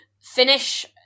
finish